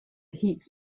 heat